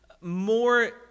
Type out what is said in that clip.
more